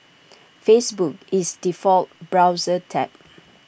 Facebook is default browser tab